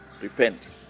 repent